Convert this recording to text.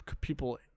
people –